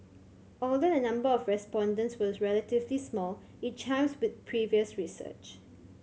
although the number of respondents was relatively small it chimes with previous research